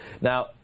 Now